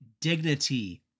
dignity